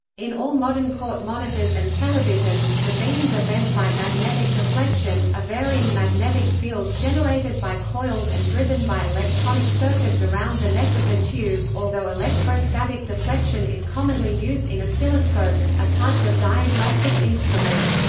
in all modern crt monitors and televisions, the beams are bent by magnetic deflection, a varying magnetic field generated by coils and driven by electronic circuits around the neck of the tube, although electrostatic deflection is commonly used in oscilloscopes, a type of diagnostic instrument.